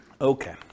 Okay